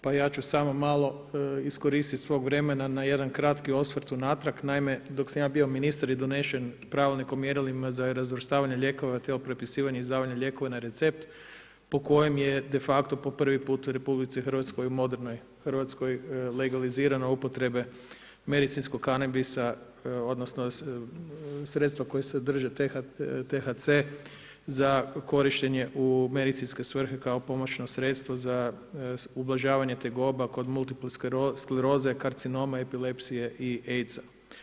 Pa ja ću samo malo iskoristit svog vremena na jedan kratki osvrt unatrag, naime dok sam ja bio ministar je donešen Pravilnik o mjerilima za razvrstavanje lijekova te o propisivanju izdavanja lijekova na recept po kojem je defakto po prvi put u RH, u modernoj Hrvatskoj legalizirane upotrebe medicinskog kanabisa, odnosno sredstva koje sadrže THC za korištenje u medicinske svrhe kao pomoćno sredstvo za ublažavanje tegoba kod multiple skleroze, karcinoma, epilepsije i AIDS-a.